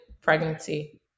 pregnancy